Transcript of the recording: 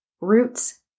Roots